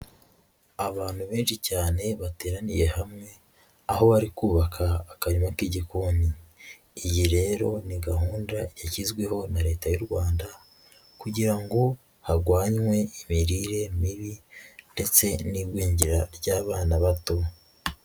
Abantu benshi cyane bateraniye hamwe, aho bari kubaka akarima k'igikoni. Iyi rero ni gahunda yashyizweho na Leta y'u Rwanda kugira ngo harwanywe imirire mibi ndetse n'igwingira ry'abana bato.